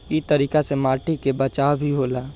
इ तरीका से माटी के बचाव भी होला